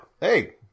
Hey